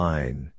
Line